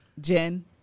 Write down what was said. jen